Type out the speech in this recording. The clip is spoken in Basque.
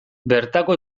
bertako